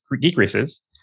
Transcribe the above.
decreases